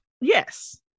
Yes